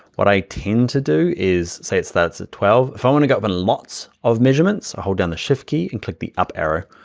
what i tend to do is, say it starts at twelve. if i want to go up in lots of measurements, i hold down the shift key and click the up arrow.